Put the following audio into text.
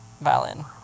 violin